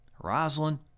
Rosalind